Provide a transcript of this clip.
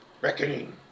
Reckoning